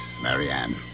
Marianne